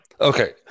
Okay